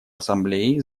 ассамблеи